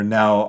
now